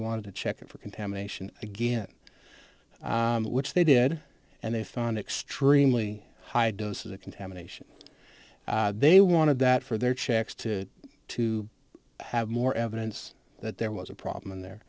wanted to check it for contamination again which they did and they found extremely high doses of contamination they wanted that for their checks to to have more evidence that there was a problem and there